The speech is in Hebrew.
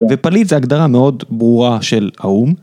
ופליט זה הגדרה מאוד ברורה של האו"מ.